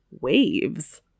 waves